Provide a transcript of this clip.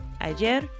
Ayer